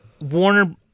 Warner